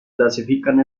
clasifican